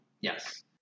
Yes